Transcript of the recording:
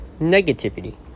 negativity